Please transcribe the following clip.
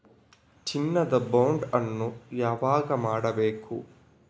ಚಿನ್ನ ದ ಬಾಂಡ್ ಅನ್ನು ಯಾವಾಗ ಮಾಡಬೇಕು?